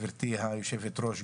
גברתי יושבת הראש,